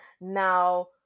now